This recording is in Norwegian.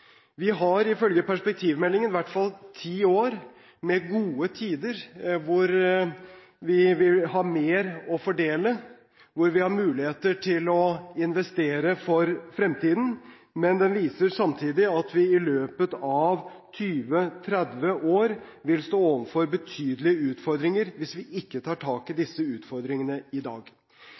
Vi har ifølge perspektivmeldingen i hvert fall ti år med gode tider – med mer å fordele, med muligheter til å investere for fremtiden. Men den viser samtidig at vi i løpet av 20–30 år vil stå overfor betydelige utfordringer hvis vi ikke tar tak i dem i dag.